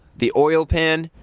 the oil pan,